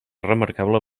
remarcable